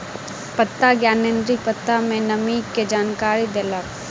पत्ता ज्ञानेंद्री पत्ता में नमी के जानकारी देलक